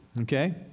Okay